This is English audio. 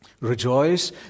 Rejoice